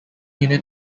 unit